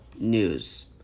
News